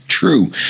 True